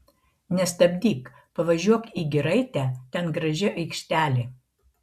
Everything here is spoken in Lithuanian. nestabdyk pavažiuok į giraitę ten graži aikštelė